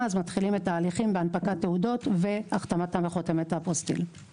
מתחילים את ההליכים בהנפקת תעודות וחתימתם בחותמת אפוסטיל.